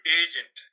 agent